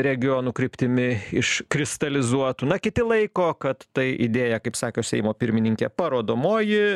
regionų kryptimi iškristalizuotų na kiti laiko kad tai idėja kaip sako seimo pirmininkė parodomoji